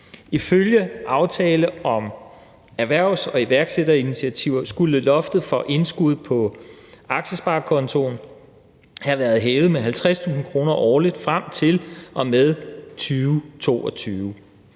Ifølge aftale om erhvervs- og iværksætterinitiativer skulle loftet for indskud på aktiesparekontoen have været hævet med 50.000 kr. årligt frem til og med 2022.